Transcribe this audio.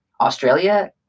Australia